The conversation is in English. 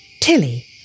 Tilly